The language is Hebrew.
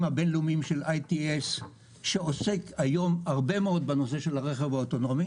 הבינלאומיים של ITS שעוסק היום הרבה מאוד בנושא של הרכב האוטונומי